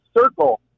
circle